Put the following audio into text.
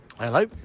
Hello